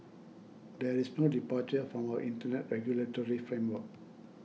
there is no departure from our Internet regulatory framework